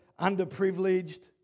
Underprivileged